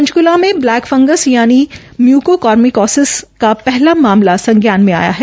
पंचकूला में black fungus यानि mucormycosis का पहला मामला संज्ञान में आया है